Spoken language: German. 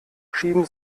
schieben